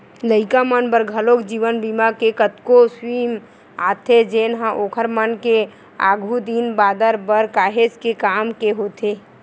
लइका मन बर घलोक जीवन बीमा के कतको स्कीम आथे जेनहा ओखर मन के आघु दिन बादर बर काहेच के काम के होथे